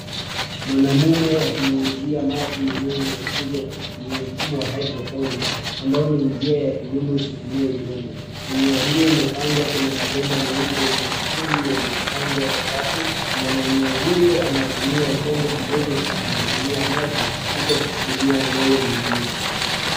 Mwanamume akinyunyuzia maji mimea inayokuzwa kwa kutumia mfumo wa Hydroponics ambayo ni njia ya kilimo isiyotumia udongo. Mimea hio imepandwa kwenye mabomba meupe yenye matundu yaliyopangwa kwa safu na mwanaume huyo anatumia chombo kidogo cha kumwagilia maji huku akishikilia ndoo nyingine.